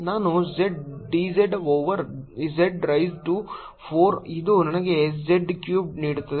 ನಾನು z d z over z raise to 4 ಇದು ನನಗೆ z ಕ್ಯುಬೆಡ್ ನೀಡುತ್ತದೆ